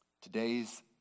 Today's